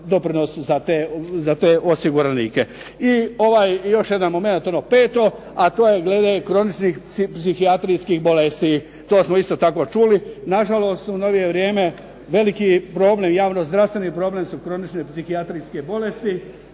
doprinos za te osiguranike. I ovaj još jedan momenat, ono peto, a to je glede kroničnih psihijatrijskih bolesti. To smo isto tako čuli. Na žalost u novije vrijeme veliki problem, javnozdravstveni problem su kronične psihijatrijske bolesti